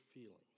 feelings